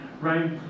right